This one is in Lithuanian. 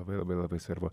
labai labai labai svarbu